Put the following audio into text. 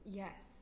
yes